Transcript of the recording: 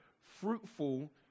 fruitful